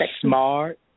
smart